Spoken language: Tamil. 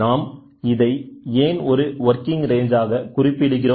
நாம் இதை ஏன் ஒரு வொர்கிங் ரேன்ஜ் ஆக குறிப்பிடுகிறோம்